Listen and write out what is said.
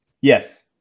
Yes